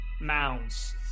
mounds